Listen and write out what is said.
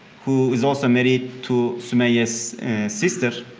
who is also married to sumeyye's sister,